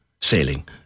sailing